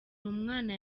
n’umwana